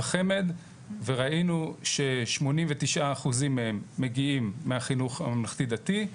בחמ"ד וראינו ש-89% מהם מגיעים מהחינוך הממלכתי דתי,